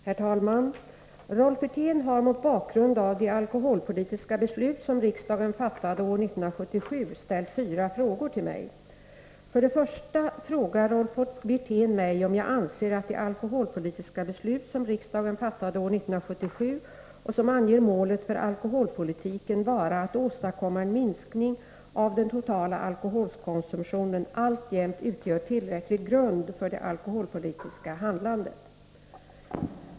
Herr talman! Rolf Wirtén har mot bakgrund av de alkoholpolitiska beslut som riksdagen fattade år 1977 ställt fyra frågor till mig. För det första frågar Rolf Wirtén mig om jag anser att de alkoholpolitiska beslut som riksdagen fattade år 1977 och som anger målet för alkoholpolitiken vara att åstadkomma en minskning av den totala alkoholkonsumtionen alltjämt utgör tillräcklig grund för det alkoholpolitiska handlandet.